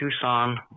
Tucson